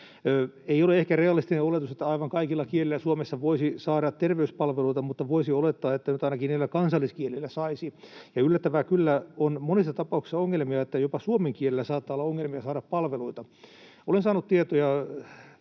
Ei ole ehkä realistinen oletus, että aivan kaikilla kielillä Suomessa voisi saada terveyspalveluita, mutta voisi olettaa, että nyt ainakin niillä kansalliskielillä saisi, ja yllättävää kyllä monissa tapauksissa on sellaisia ongelmia, että jopa suomen kielellä saattaa olla ongelmia saada palveluita. Olen saanut tietoja